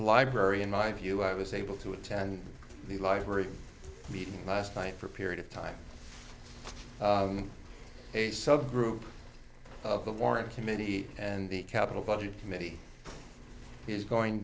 the library in my view i was able to attend the library meeting last night for a period of time a subgroup of the warren committee and the capital budget committee is going